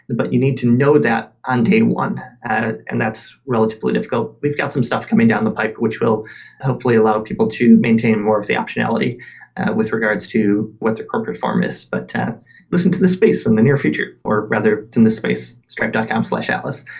but you need to know that on day one, and that's relatively difficult. we've got some stuff coming down the pipe which will hopefully allow people to maintain more of the optionality with regards to what their corporate form is, but listen to the space in the near future or rather in the space, stripe dot com slash atlas.